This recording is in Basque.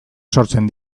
sortzen